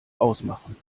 ausmachen